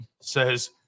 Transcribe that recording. says